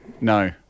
No